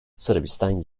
sırbistan